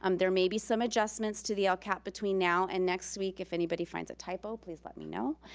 um there may be some adjustments to the lcap between now and next week. if anybody finds a typo, please let me know.